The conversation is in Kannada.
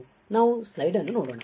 ಆದ್ದರಿಂದ ನಾವು ಸ್ಲೈಡ್ ಅನ್ನು ನೋಡೋಣ